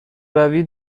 روی